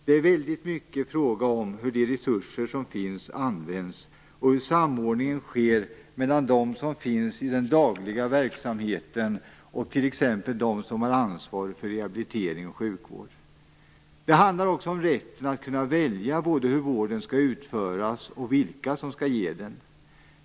Det är väldigt mycket en fråga om hur de resurser som finns används och hur samordningen sker mellan dem som finns i den dagliga verksamheten och t.ex. dem som har ansvar för rehabilitering och sjukvård. Det handlar också om rätten att kunna välja både hur vården skall utföras och vilka som skall ge den.